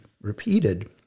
repeated